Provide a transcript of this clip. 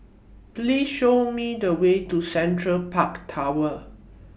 Please Show Me The Way to Central Park Tower